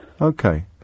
Okay